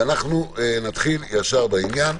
אנחנו נתחיל בעניין.